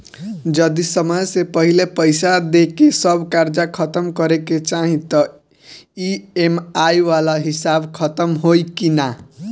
जदी समय से पहिले पईसा देके सब कर्जा खतम करे के चाही त ई.एम.आई वाला हिसाब खतम होइकी ना?